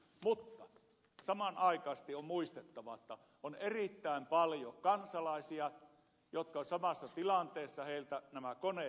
mutta samanaikaisesti on muistettava että on erittäin paljon kansalaisia jotka ovat samassa tilanteessa heiltä nämä koneet särkyvät